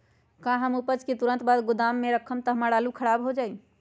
का हम उपज के तुरंत बाद गोदाम में रखम त हमार आलू खराब हो जाइ?